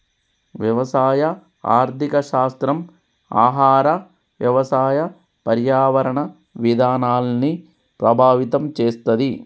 వ్యవసాయ ఆర్థిక శాస్త్రం ఆహార, వ్యవసాయ, పర్యావరణ విధానాల్ని ప్రభావితం చేస్తది